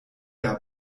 der